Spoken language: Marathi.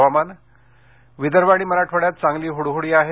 हवामान विदर्भ आणि मराठवाड्यात चांगली हुडहुडी आहे